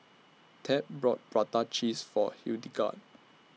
Tab brought Prata Cheese For Hildegard